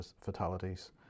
fatalities